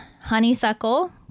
Honeysuckle